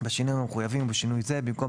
בשינויים המחויבים ובשינוי זה: במקום